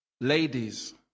Ladies